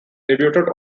debuted